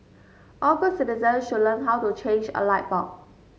all good citizen should learn how to change a light bulb